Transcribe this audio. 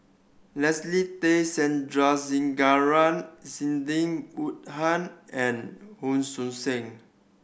Leslie Tay Sandrasegaran Sidney Woodhull and Hon Sui Sen